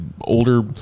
older